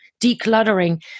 decluttering